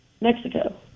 Mexico